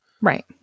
Right